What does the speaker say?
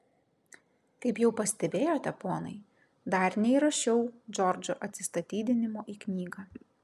kaip jau pastebėjote ponai dar neįrašiau džordžo atsistatydinimo į knygą